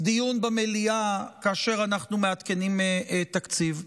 דיון במליאה כאשר אנחנו מעדכנים תקציב.